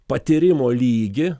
patyrimo lygį